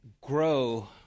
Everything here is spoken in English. grow